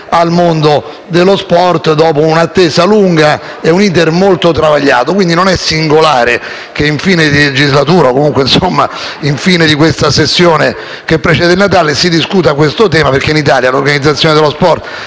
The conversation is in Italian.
al mondo dello sport, dopo un'attesa lunga e un *iter* molto travagliato. Quindi non è singolare che in fine di legislatura, o comunque alla fine di questa sessione che precede il Natale, si discuta questo tema, perché in Italia l'organizzazione dello sport